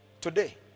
Today